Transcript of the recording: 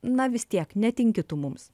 na vis tiek netinki tu mums